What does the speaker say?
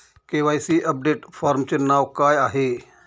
KYC update फॉर्मचे नाव काय आहे?